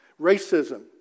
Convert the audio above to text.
racism